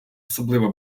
особливо